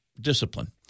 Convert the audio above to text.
discipline